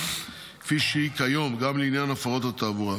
כפי שהיא כיום גם לעניין הפרות התעבורה.